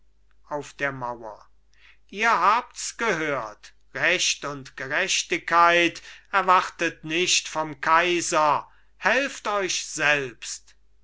auf der mauer ihr habt's gehört recht und gerechtigkeit erwartet nicht vom kaiser helft euch selbst